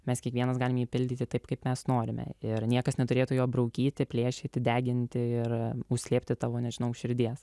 mes kiekvienas galim jį pildyti taip kaip mes norime ir niekas neturėtų jo braukyti plėšyti deginti ir užslėpti tavo nežinau širdies